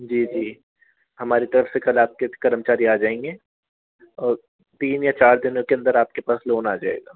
जी जी हमारी तरफ से कल आपके कर्मचारी आ जाएंगे और तीन या चार दिनों के अंदर आपके पास लोन आ जाएगा